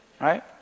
Right